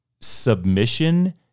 submission